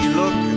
look